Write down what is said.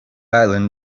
island